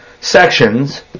sections